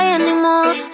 anymore